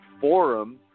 forum